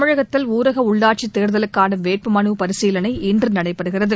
தமிழகத்தில் ஊரக உள்ளாட்சித் தேர்தலுக்கான வேட்பு மலு பரிசீலனை இன்று நடைபெறுகிறது